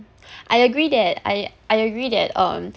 I agree that I I agree that um